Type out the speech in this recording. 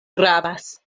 gravas